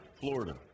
Florida